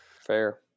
fair